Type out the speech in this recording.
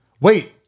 Wait